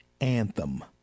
anthem